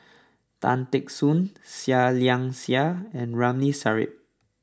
Tan Teck Soon Seah Liang Seah and Ramli Sarip